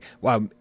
Wow